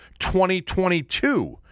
2022